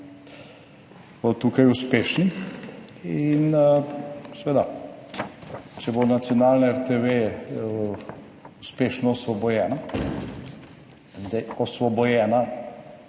bodo tukaj uspešni in seveda, če bo nacionalna RTV uspešno osvobojena,